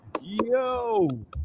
Yo